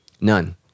None